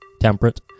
temperate